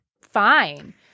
fine